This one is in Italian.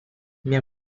mia